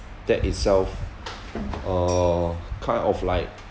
that itself uh kind of like